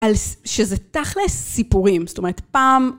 שזה תכלס סיפורים, זאת אומרת פעם...